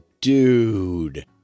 dude